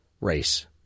race